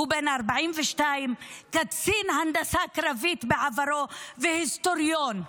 הוא בן 42, קצין הנדסה קרבית בעברו והיסטוריון.